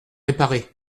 réparé